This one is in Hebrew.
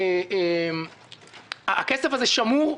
האדום,